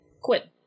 quit